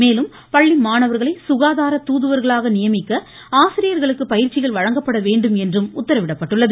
மேலும் பள்ளி மாணவர்களை சுகாதார தூதுவர்களாக நியமிக்க ஆசிரியர்களுக்கு பயிற்சிகள் வழங்கப்பட வேண்டும் என்று உத்திரவிடப்பட்டுள்ளது